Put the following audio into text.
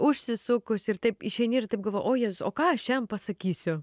užsisukus ir taip išeini ir taip galvoji o jėzau o ką aš šiandien pasakysiu